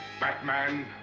Batman